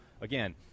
again